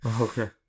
Okay